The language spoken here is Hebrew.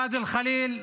בוואדי אל-ח'ליל,